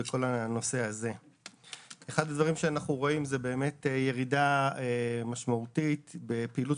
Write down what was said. אחד הדברים שאנחנו רואים הוא ירידה משמעותית בפעילות